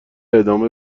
ادامه